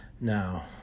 Now